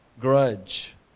grudge